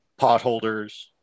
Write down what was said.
potholders